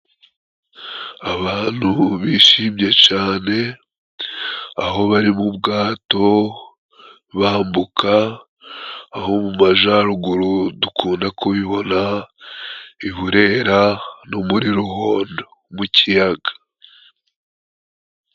Abantu bishimye cyane, aho bari mu bwato bambuka, aho mu majaruguru dukunda kubibona i Burera no muri Ruhodo mu kiyaga.